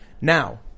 Now –